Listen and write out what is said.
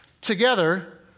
together